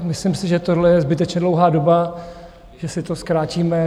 Myslím si, že tohle je zbytečně dlouhá doba, že si to zkrátíme.